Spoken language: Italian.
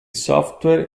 software